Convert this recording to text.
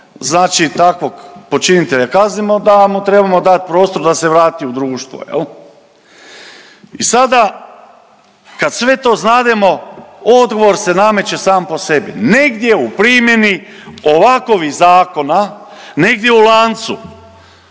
kad takvog počinitelja kaznimo da mu trebamo dati prostor da se vrati u društvo jel. I sada kad sve to znademo odgovor se nameće sam po sebi, negdje u primjeni ovakvih zakona, negdje u lancu